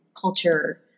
culture